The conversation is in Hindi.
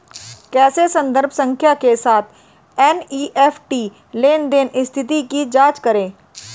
कैसे संदर्भ संख्या के साथ एन.ई.एफ.टी लेनदेन स्थिति की जांच करें?